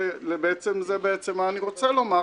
וזה בעצם מה שאני רוצה לומר,